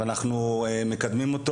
אנחנו מקדמים אותו